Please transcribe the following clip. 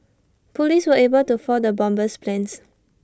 Police were able to foil the bomber's plans